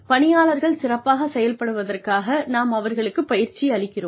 பணியாளர்கள் சிறப்பாக செயல்படுவதற்காக நாம் அவர்களுக்குப் பயிற்சி அளிக்கிறோம்